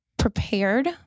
prepared